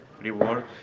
Reward